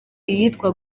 iyitwa